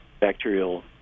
bacterial